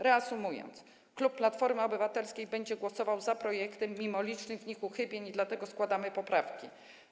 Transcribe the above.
Reasumując, klub Platformy Obywatelskiej będzie głosował za projektem mimo licznych w nim uchybień - z ich powodu składamy poprawki.